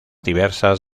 diversas